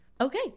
Okay